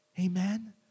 Amen